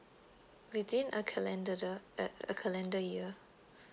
within a calendar uh a calendar year